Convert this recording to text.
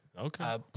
Okay